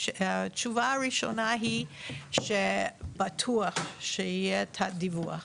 התשובה הראשונה היא שבטוח שיהיה את הדיווח,